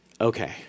okay